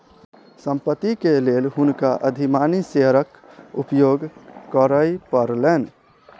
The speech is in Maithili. संपत्ति के लेल हुनका अधिमानी शेयरक उपयोग करय पड़लैन